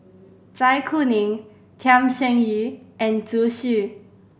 Zai Kuning Tham Sien Yen and Zhu Xu